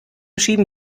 schieben